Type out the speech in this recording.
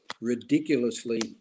ridiculously